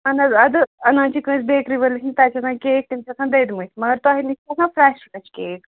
اہن حظ اَدٕ اَنان چھِ کٲنٛسہِ بیٚکری وٲلِس نِش تَتہِ چھِ آسان کیک تِم چھِ آسان دٔدۍمٕتۍ مگر تۄہہِ نِش چھِ آسان فرٛٮ۪ش فرٛٮ۪ش کیک